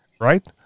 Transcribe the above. Right